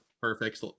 perfect